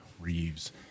reeves